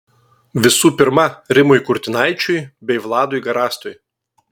visų pirma rimui kurtinaičiui bei vladui garastui